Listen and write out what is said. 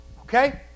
okay